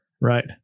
right